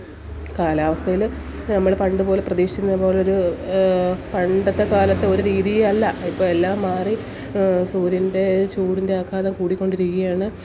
കാലാവസ്ഥയിൽ നമ്മൾ പണ്ട് പോലെ പ്രതീക്ഷിക്കുന്ന പോലെ ഒരു പണ്ടത്തെ കാലത്തെ ഒരു രീതിയല്ല ഇപ്പോൾ എല്ലാം മാറി സൂര്യൻ്റെ ചൂടിൻ്റെ ആഘാതം കൂടിക്കൊണ്ടിരിക്കുക ആണ്